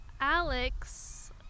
alex